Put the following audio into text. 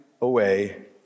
away